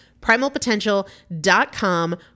Primalpotential.com